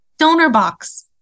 DonorBox